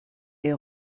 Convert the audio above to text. est